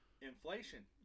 Inflation